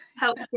help